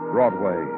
Broadway